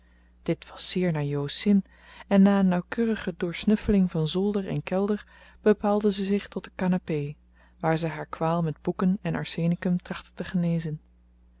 dit was zeer naar jo's zin en na een nauwkeurige doorsnuffeling van zolder en kelder bepaalde ze zich tot de canapé waar zij haar kwaal met boeken en arsenicum trachtte te genezen